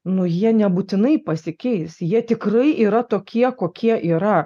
nu jie nebūtinai pasikeis jie tikrai yra tokie kokie yra